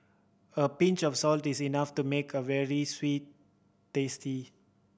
a pinch of salt is enough to make a veal tasty